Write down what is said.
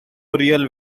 real